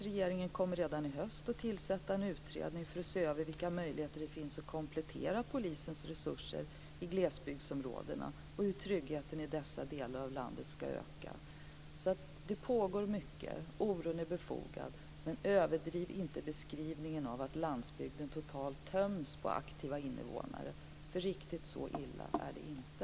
Regeringen kommer redan i höst att tillsätta en utredning för att se över vilka möjligheter det finns att komplettera polisens resurser i glesbygdsområdena och hur tryggheten i dessa delar av landet kan öka. Det pågår alltså mycket. Oron är befogad. Men gör inte den överdrivna beskrivningen att landsbygden totalt töms på aktiva invånare, för riktigt så illa är det inte.